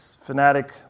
fanatic